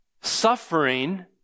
suffering